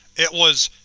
it was,